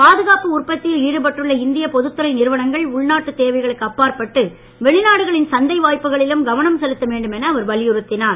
பாதுகாப்பு உற்பத்தியில் ஈடுபட்டுள்ள இந்திய பொதுத்துறை நிறுவனங்கள் உள்நாட்டு தேவைகளுக்கு அப்பாற்பட்டு வெளிநாடுகளின் சந்தை வாய்ப்புகளிலும் கவனம் செலுத்த வேண்டும் என அவர் வலியுறுத்தினார்